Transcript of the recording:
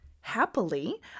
Happily